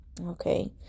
Okay